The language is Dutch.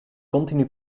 continu